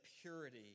purity